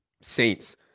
Saints